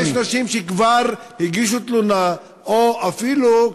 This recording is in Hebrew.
יש נשים שכבר הגישו תלונה או אפילו,